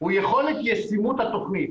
הוא יכולת ישימות התוכנית.